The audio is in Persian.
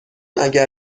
اگر